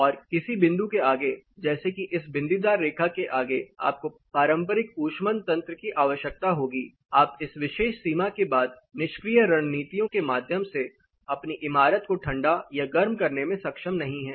और किसी बिंदु के आगे जैसे की इस बिंदीदार रेखा के आगे आपको पारंपरिक उष्मन तंत्र की आवश्यकता होगी आप इस विशेष सीमा के बाद निष्क्रिय रणनीतियों के माध्यम से अपनी इमारत को ठंडा या गर्म करने में सक्षम नहीं है